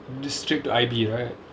just straight to I_B right